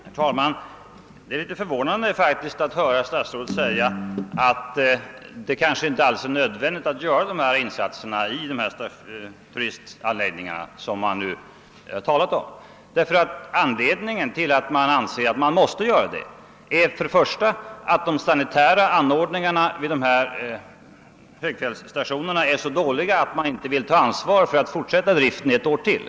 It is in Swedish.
Herr talman! Det är faktiskt litet förvånande att höra statsrådet säga, att det kanske inte alls är nödvändigt att göra investeringar i de turistanläggningarna som vi nu talar om. Anledningen till att man anser sig vara tvungen vidta åtgärder är för det första, att de sanitära anordningarna är dåliga. Man vill inte ta på sitt ansvar att fortsätta driften ytterligare ett år.